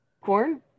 corn